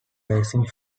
racing